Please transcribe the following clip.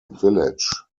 village